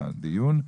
בדיון.